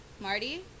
Marty